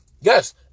Yes